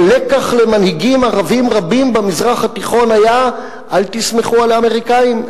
הלקח למנהיגים ערבים רבים במזרח התיכון היה: אל תסמכו על האמריקנים,